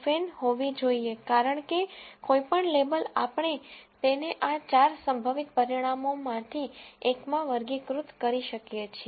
N હોવી જોઈએ કારણ કે કોઈપણ લેબલ આપણે તેને આ ચાર સંભવિત પરિણામોમાંથી એકમાં વર્ગીકૃત કરી શકીએ છીએ